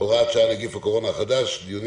(הוראת שעה - נגיף הקורונה החדש) (דיונים